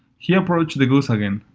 he approached the goose again.